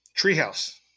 Treehouse